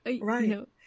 Right